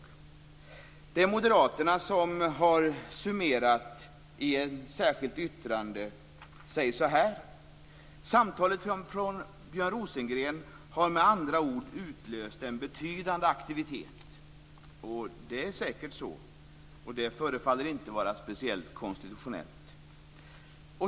Det är moderaterna som har summerat sig så här i ett särskilt yttrande: "Samtalet från Björn Rosengren har med andra ord utlöst en betydande aktivitet." Det är säkert så. Det förefaller inte vara speciellt konstitutionellt.